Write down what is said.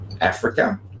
Africa